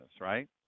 right